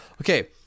Okay